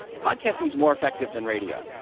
podcasting's more effective than radio,